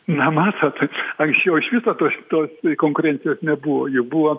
na matot anksčiau iš viso tos to konkurencijos nebuvo ji buvo